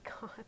god